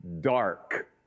dark